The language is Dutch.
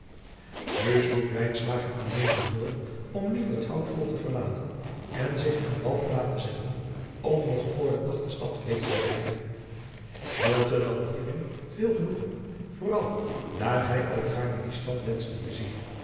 sloeg aan voor om liever het outvlot te verlaten en zich aan wal te laten zetten om nog voor den nacht de stad leef te bereiken nam hierin veel genoegen vooral daar hij ook gaarne die stad wenschte te zien